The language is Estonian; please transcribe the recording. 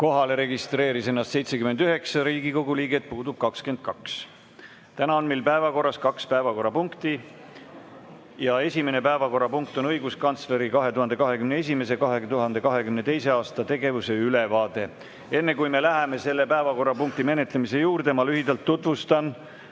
Kohalolijaks registreeris ennast 79 Riigikogu liiget, puudub 22. Täna on meil päevakorras kaks päevakorrapunkti ja esimene neist on õiguskantsleri 2021.–2022. aasta tegevuse ülevaade. Enne, kui me läheme selle päevakorrapunkti menetlemise juurde, ma lühidalt tutvustan